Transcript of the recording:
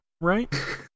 right